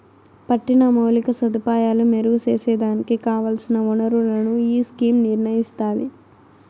పట్టిన మౌలిక సదుపాయాలు మెరుగు సేసేదానికి కావల్సిన ఒనరులను ఈ స్కీమ్ నిర్నయిస్తాది